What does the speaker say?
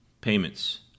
Payments